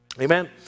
Amen